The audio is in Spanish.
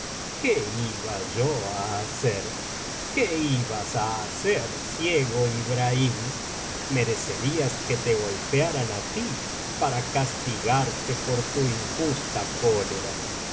qué iba yo á hacer qué ibas á hacer ciego ibrahim merecerías que te golpearan á ti para castigarte por tu injusta cólera